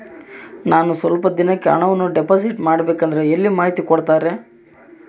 ನಾನು ಸ್ವಲ್ಪ ದಿನಕ್ಕೆ ಹಣವನ್ನು ಡಿಪಾಸಿಟ್ ಮಾಡಬೇಕಂದ್ರೆ ಎಲ್ಲಿ ಮಾಹಿತಿ ಕೊಡ್ತಾರೆ?